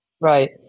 Right